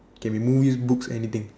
can be movies books anything